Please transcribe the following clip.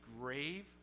grave